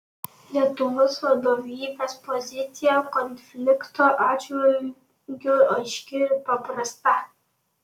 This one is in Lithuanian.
lietuvos vadovybės pozicija konflikto atžvilgiu aiški ir paprasta